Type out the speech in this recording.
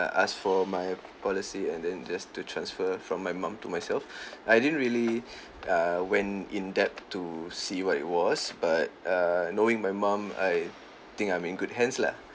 asked for my policy and then just to transfer from my mum to myself I didn't really err went in depth to see what it was but err knowing my mum I think I'm in good hands lah